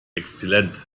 exzellent